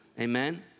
amen